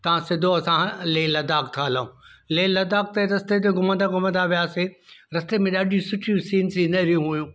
त सिधो असां लेह लद्दाख था हलूं लेह लद्दाख ते रस्ते ते घुमंदा घुमंदा वियासीं रस्ते में ॾाढियूं सुठियूं सीन सीनरियूं हुइयूं